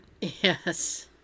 Yes